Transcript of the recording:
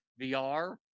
VR